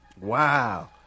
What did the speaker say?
Wow